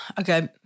okay